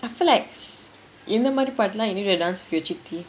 I feel like இந்த மாரி பாட்டலாம்:intha maari paatulaam you need to dance with your chithi